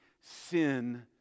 sin